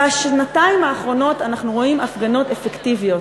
בשנתיים האחרונות אנחנו רואים הפגנות אפקטיביות,